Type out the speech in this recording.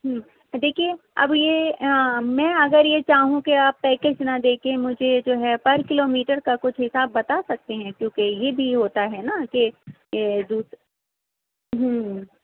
ہوں دیکھیے اب یہ میں اگر یہ چاہوں کہ آپ پیکج نہ دے کے مجھے جو ہے پر کلو میٹر کا کچھ حساب بتا سکتے ہیں کیونکہ یہ بھی ہوتا ہے نا کہ دوس ہوں